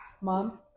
Mom